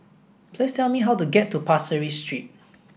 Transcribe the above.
please tell me how to get to Pasir Ris Street